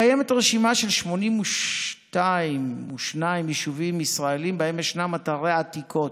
קיימת רשימה של 82 יישובים ישראליים שבהם ישנם אתרי עתיקות.